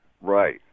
Right